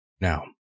Now